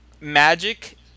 Magic